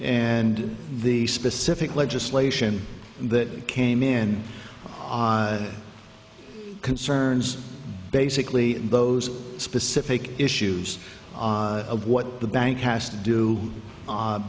and the specific legislation that came in odd concerns basically those specific issues of what the bank has to do